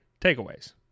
takeaways